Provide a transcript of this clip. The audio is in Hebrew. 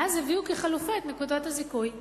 ואז הביאו כחלופה את נקודות הזיכוי,